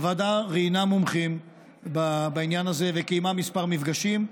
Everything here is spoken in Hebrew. הוועדה ראיינה מומחים בעניין הזה וקיימה כמה מפגשים,